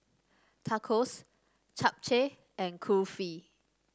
Tacos Japchae and Kulfi